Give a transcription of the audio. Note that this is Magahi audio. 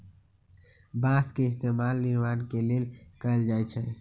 बास के इस्तेमाल निर्माण के लेल कएल जाई छई